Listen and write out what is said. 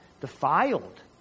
defiled